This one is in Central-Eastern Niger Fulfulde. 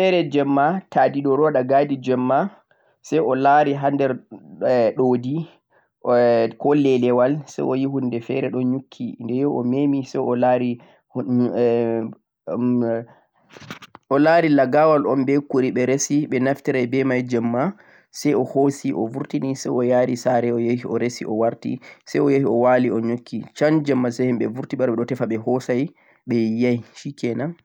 nyannde feere jeemma ta'diɗo ɗo waɗa gadi jeemma say o laari haa nder ɗaudi ko lewal say o yi huunde feere ɗo yukki, de o yahi o memi say o lari eh say o laari laga'wal un be kori ɓe resi ɓe naftiray be may jeemma say o hoosi o burtini o yari saare o yahi o resi o warti say o yahi o wali o yukki can jeemma say himɓe burrti ɓe wari ɓe ɗo tefa ɓe hoosay ɓe yiay 'shikenan'.